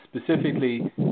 specifically